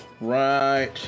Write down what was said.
right